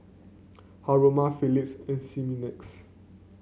Haruma Phillips and Similac's